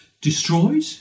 Destroyed